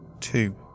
Two